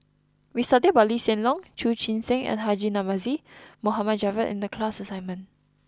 we studied about Lee Hsien Loong Chu Chee Seng and Haji Namazie Mohd Javad in the class assignment